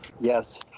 Yes